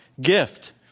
gift